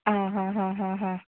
आं हां हां हां हां